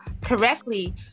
Correctly